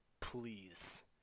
please